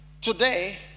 Today